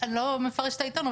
אני לא מפרשת את העיתון,